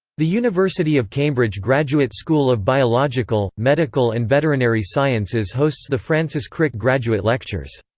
the university of cambridge graduate school of biological, medical and veterinary sciences hosts the francis crick graduate lectures.